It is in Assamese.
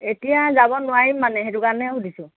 এতিয়া যাব নোৱাৰিম মানে সেইটো কাৰণেহে সুধিছোঁ